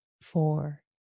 four